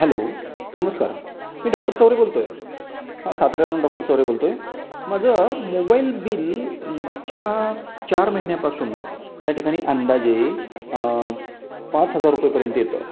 hello नमस्कार मी doctor Chaure बोलतोय हा सातारावरून डॉक्टर चौरे बोलतोय माझं मोबाईल बिल मागच्या चार महिन्यापासून या ठिकाणी अंदाजे पाच हजार रुपयेपर्यंत येतं